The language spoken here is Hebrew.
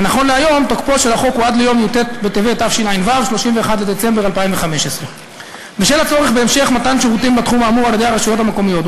ונכון להיום תוקפו של החוק הוא עד יום י"ט בטבת התשע"ו,31 בדצמבר 2015. בשל הצורך בהמשך מתן שירותים בתחום האמור על-ידי הרשויות המקומיות,